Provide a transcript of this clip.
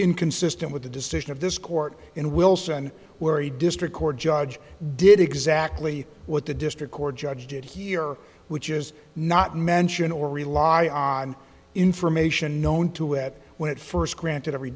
inconsistent with the decision of this court in wilson where a district court judge did exactly what the district court judge did here which is not mention or rely on information known to it when it first granted every